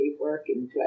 working